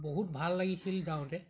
বহুত ভাল লাগিছিল যাওঁতে